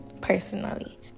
personally